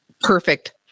perfect